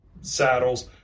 saddles